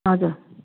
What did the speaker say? हजुर